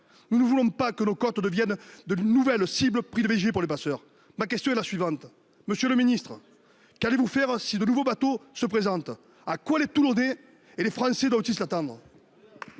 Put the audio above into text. Nous ne voulons pas que nos côtes deviennent une nouvelle cible privilégiée pour les passeurs. Ma question est la suivante : monsieur le ministre, qu'allez-vous faire si de nouveaux bateaux se présentent ? À quoi les Toulonnais et les Français doivent-ils s'attendre ?